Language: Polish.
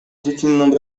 dziecinną